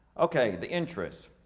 okay, the interest.